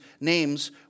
names